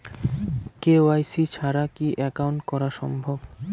KYC ছাড়া কি account করা সম্ভব?